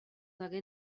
degué